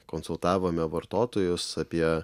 konsultavome vartotojus apie